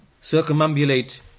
circumambulate